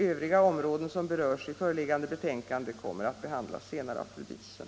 Övriga områden som behandlas i föreliggande betänkande kommer att beröras av fru Diesen.